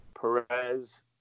Perez